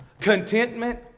contentment